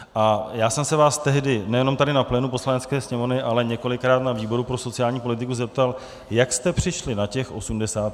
A já jsem se vás tehdy nejenom tady na plénu Poslanecké sněmovny, ale několikrát na výboru pro sociální politiku zeptal, jak jste přišli na těch 85 let.